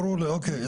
ברור לי, אוקיי.